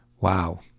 wow